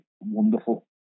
wonderful